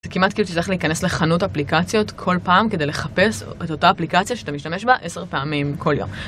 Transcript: זה כמעט כאילו שאתה צריך להיכנס לחנות אפליקציות כל פעם כדי לחפש את אותה אפליקציה שאתה משתמש בה עשר פעמים כל יום.